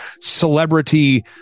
celebrity